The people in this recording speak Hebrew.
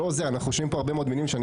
אנחנו שומעים פה הרבה מאוד מילים ואני